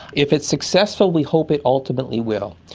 if it's successful we hope it ultimately will.